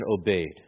obeyed